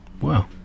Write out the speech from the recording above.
Wow